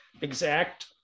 exact